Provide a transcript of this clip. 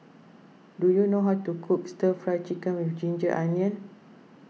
do you know how to cook Stir Fry Chicken with Ginger Onions